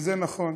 וזה נכון.